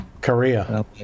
Korea